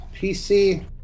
PC